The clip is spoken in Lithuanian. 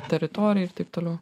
teritorija ir taip toliau